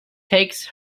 takes